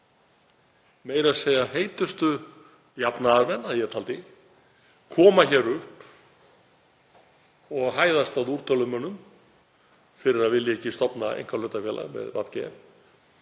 meira að segja heitustu jafnaðarmenn, að ég taldi, koma hingað upp og hæðast að úrtölumönnum fyrir að vilja ekki stofna einkahlutafélag með VG.